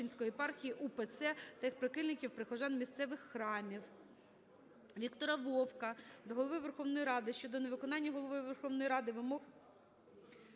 Віктора Вовка